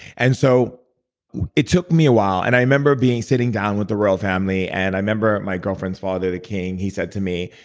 and so it took me a while. and i remember sitting down with the royal family, and i remember my girlfriend's father, the king, he said to me,